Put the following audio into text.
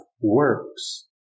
works